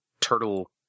turtle